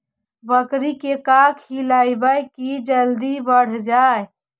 बकरी के का खिलैबै कि जल्दी बढ़ जाए?